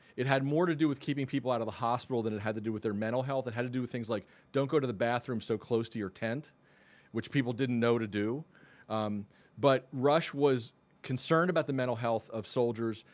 it had more to do with keeping people out of the hospital than it had to do with their mental health. it had to do with things like don't go to the bathroom so close to your tent which people didn't know to do but rush was concerned about the mental health of soldiers.